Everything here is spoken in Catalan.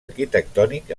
arquitectònic